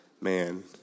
man